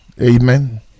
Amen